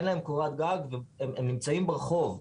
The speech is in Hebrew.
אין להם קורת גג והם נמצאים ברחוב,